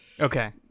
Okay